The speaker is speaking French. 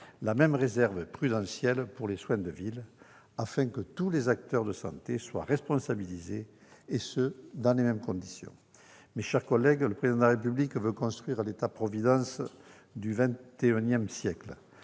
la même réserve prudentielle pour les soins de ville, afin que tous les acteurs de la santé soient responsabilisés, et ce dans les mêmes conditions. Mes chers collègues, le Président de la République veut construire « l'État providence du XXI siècle